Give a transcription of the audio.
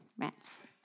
rats